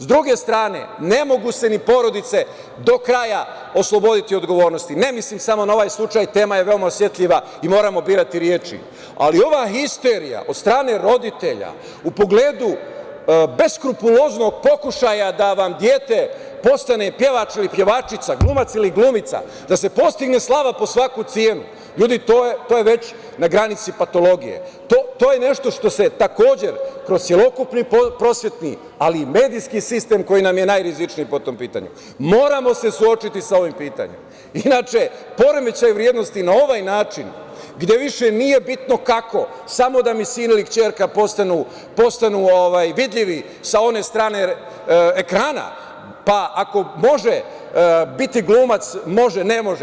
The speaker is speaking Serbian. S druge strane, ne mogu se ni porodice do kraja osloboditi odgovornosti, ne mislim samo na ovaj slučaj, tema je veoma osetljiva i moramo birati reči, ali ova histerija od strane roditelja u pogledu beskrupuloznog pokušaja da vam dete postane pevač ili pevačica, glumac ili glumica, da se postigne slava po svaku cenu, ljudi, to je već na granici patologije, to je nešto što se takođe kroz celokupni prosvetni ali i medijski sistem koji nam je najrizičniji po to tom pitanju, moramo se suočiti sa ovim pitanjem, inače poremećaji vrednosti na ovaj način gde više nije bitno kako, samo da mi sin ili ćerka postanu vidljivi sa one strane ekrana, pa ako može biti glumac, može, ne može.